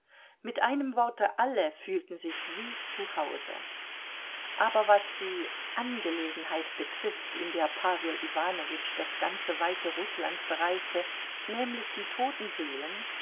mit einem worte alle fühlten sich wie zu hause was aber die angelegenheit betrifft in der pawel iwanowitsch das ganze weite rußland bereiste nämlich die toten seelen